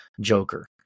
joker